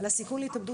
צוותי משבר.